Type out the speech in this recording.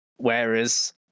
whereas